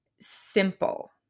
simple